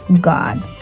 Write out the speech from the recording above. god